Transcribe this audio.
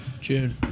June